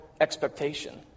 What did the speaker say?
expectation